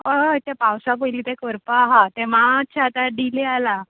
हय तें पावसा पयली ते करपा हा तें मातशें आतां डिले आला